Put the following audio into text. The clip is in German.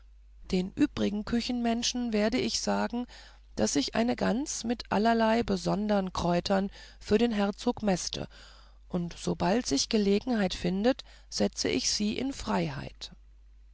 den übrigen küchenmenschen werde ich sagen daß ich eine gans mit allerlei besonderen kräutern für den herzog mäste und sobald sich gelegenheit findet setze ich sie in freiheit